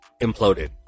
imploded